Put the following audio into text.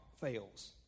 fails